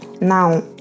Now